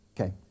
Okay